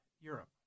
Europe